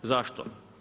Zašto?